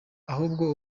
ahubwo